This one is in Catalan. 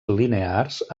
linears